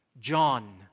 John